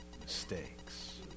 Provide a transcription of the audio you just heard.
mistakes